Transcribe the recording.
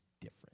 different